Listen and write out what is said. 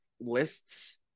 lists